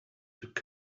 took